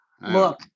look